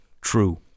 true